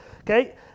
okay